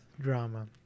drama